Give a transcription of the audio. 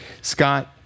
Scott